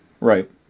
Right